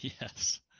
yes